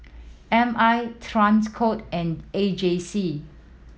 M I Transcom and A J C